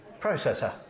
processor